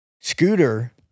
Scooter